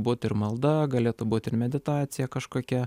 būt ir malda galėtų būt ir meditacija kažkokia